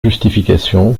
justification